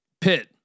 Pitt